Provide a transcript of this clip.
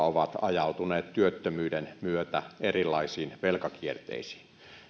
ovat ajautuneet työttömyyden myötä erilaisiin velkakierteisiin